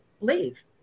leave